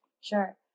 Sure